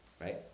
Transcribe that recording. right